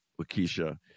Lakeisha